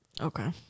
Okay